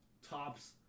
tops